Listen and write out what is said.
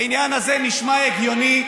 העניין הזה נשמע הגיוני,